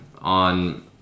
on